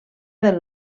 del